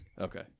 Okay